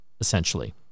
essentially